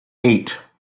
eight